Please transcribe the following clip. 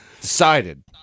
decided